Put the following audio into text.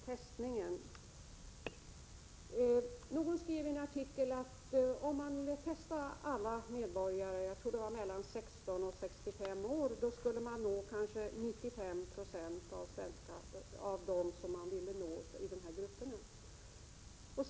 Herr talman! Till Gullan Lindblad när det gäller testningen: Någon skrev i en artikel att om man ville testa alla medborgare mellan 16 och 65 år, tror jag det var, skulle man nå kanske 95 26 av dem som man ville nå inom de här grupperna.